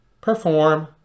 perform